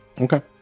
Okay